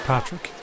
Patrick